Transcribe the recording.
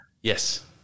yes